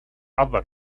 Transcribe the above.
other